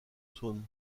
saône